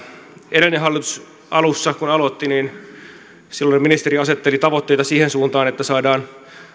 edellinen hallitus kun aloitti niin silloinen ministeri asetteli tavoitteita siihen suuntaan että saadaan